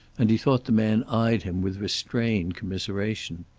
and he thought the man eyed him with restrained commiseration.